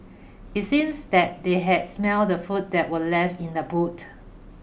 it seems that they had smelt the food that were left in the boot